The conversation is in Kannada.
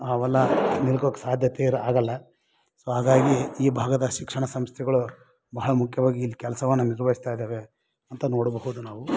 ಅವೆಲ್ಲ ನಿಲ್ಕೋಕ್ಕೆ ಸಾಧ್ಯತೆ ಇರೋ ಆಗೋಲ್ಲ ಸೊ ಹಾಗಾಗಿ ಈ ಭಾಗದ ಶಿಕ್ಷಣ ಸಂಸ್ಥೆಗಳು ಬಹಳ ಮುಖ್ಯವಾಗಿ ಇಲ್ಲಿ ಕೆಲಸವನ್ನ ನಿರ್ವಹಿಸ್ತಾ ಇದ್ದಾವೆ ಅಂತ ನೋಡಬಹುದು ನಾವು